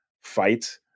fight